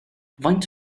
faint